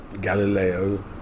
Galileo